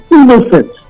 innocent